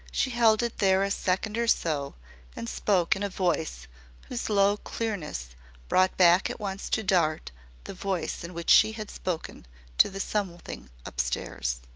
she held it there a second or so and spoke in a voice whose low clearness brought back at once to dart the voice in which she had spoken to the something upstairs.